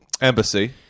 embassy